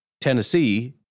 Tennessee